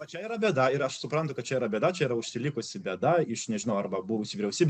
o čia yra bėda ir aš suprantu kad čia yra bėda čia yra užsilikusi bėda iš nežinau arba buvusi vyriausybė